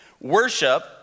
Worship